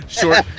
short